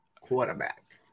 quarterback